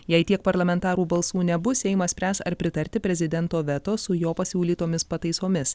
jei tiek parlamentarų balsų nebus seimas spręs ar pritarti prezidento veto su jo pasiūlytomis pataisomis